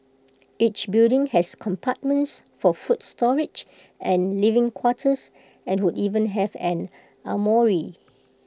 each building has compartments for food storage and living quarters and would even have an armoury